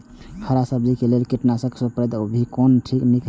हरा सब्जी के लेल कीट नाशक स्प्रै दवा भी कोन नीक रहैत?